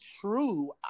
true